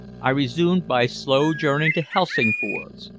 i resumed by slow journey to helsingfors.